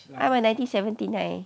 I'm a nineteen seventy nine